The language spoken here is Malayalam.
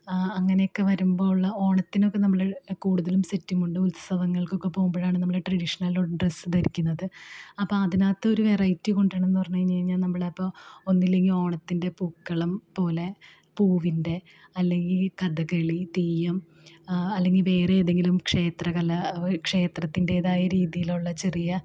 ആ അങ്ങനെയൊക്കെ വരുമ്പോൾ ഉള്ള ഓണത്തിനൊക്കെ നമ്മൾ കൂടുതലും സെറ്റും മുണ്ടും ഉത്സവങ്ങൾക്കൊക്കെ പോകുമ്പോഴാണ് നമ്മൾ ട്രഡീഷണലോ ഡ്രസ്സ് ധരിക്കുന്നത് അപ്പം അതിനകത്തൊരു വെറൈറ്റി കൊണ്ടു വരണമെന്നു പറഞ്ഞു കഴിഞ്ഞാൽ നമ്മളിപ്പോൾ ഒന്നല്ലെങ്കിൽ ഓണത്തിൻ്റെ പൂക്കളം പോലെ പൂവിൻ്റെ അല്ലെങ്കിൽ കഥകളി തെയ്യം അല്ലെങ്കിൽ വേറെ ഏതെങ്കിലും ക്ഷേത്ര കല ഒരു ക്ഷേത്രത്തിൻ്റേതായ രീതിയിലുള്ള ചെറിയ